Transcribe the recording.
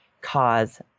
cause